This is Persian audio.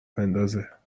بندازه